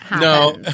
No